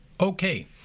Okay